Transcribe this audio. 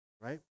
Right